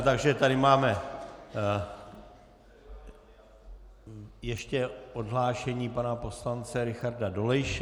Máme tady ještě odhlášení pana poslance Richarda Dolejše.